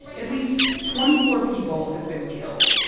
at least twenty four people have been killed.